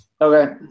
Okay